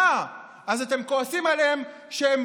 אתם כועסים עליהם שהם